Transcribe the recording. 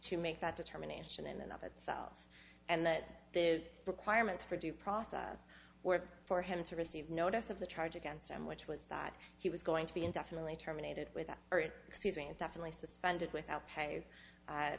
to make that determination in and of itself and that the requirements for due process were for him to receive notice of the charge against him which was that he was going to be indefinitely terminated with that or it definitely suspended without pay